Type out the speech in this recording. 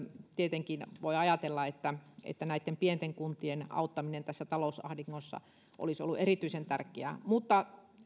tietenkin voi ajatella että että näitten pienten kuntien auttaminen tässä talousahdingossa olisi ollut erityisen tärkeää